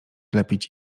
lepić